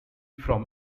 from